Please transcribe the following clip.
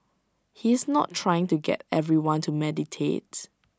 he is not trying to get everyone to meditates